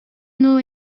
know